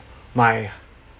my